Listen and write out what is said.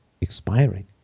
expiring